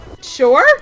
Sure